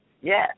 yes